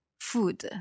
Food